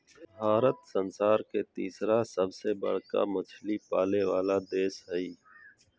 भारत संसार के तिसरा सबसे बडका मछली पाले वाला देश हइ